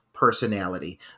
Personality